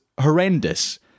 horrendous